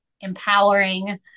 empowering